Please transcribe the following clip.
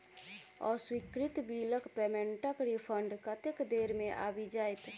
अस्वीकृत बिलक पेमेन्टक रिफन्ड कतेक देर मे आबि जाइत?